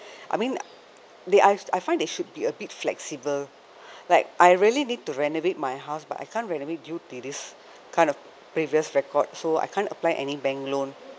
I mean they I I find they should be a bit flexible like I really need to renovate my house but I can't renovate due to this kind of previous record so I can't apply any bank loan